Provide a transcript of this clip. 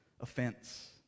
offense